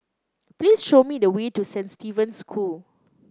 please show me the way to Saint Stephen's School